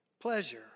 pleasure